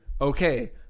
okay